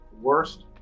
worst